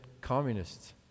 communists